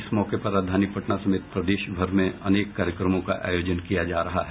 इस मौके पर राजधानी पटना समेत प्रदेशभर में अनेक कार्यक्रमों का आयोजन किया जा रहा है